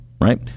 right